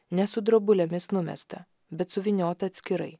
ne su drobulėmis numestą bet suvyniotą atskirai